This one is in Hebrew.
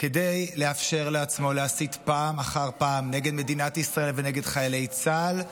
כדי לאפשר לעצמו להסית פעם אחר פעם נגד מדינת ישראל ונגד חיילי צה"ל,